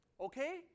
Okay